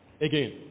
Again